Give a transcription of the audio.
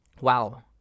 wow